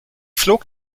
flog